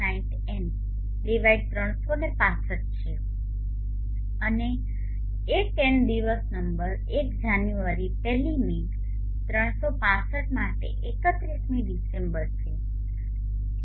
033 Cos 360 N 365 છે અને N દિવસ નંબર 1 જાન્યુઆરી 1મી 365 માટે 31મી ડિસેમ્બરછે દીઠ છે